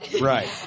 Right